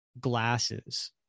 glasses